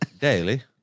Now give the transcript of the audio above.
Daily